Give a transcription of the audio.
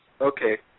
okay